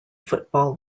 football